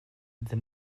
the